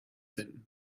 finden